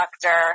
doctor